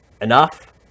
enough